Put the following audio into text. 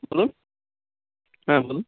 বলুন হ্যাঁ বলুন